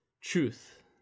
truth